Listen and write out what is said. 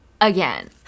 again